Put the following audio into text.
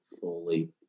fully